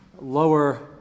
lower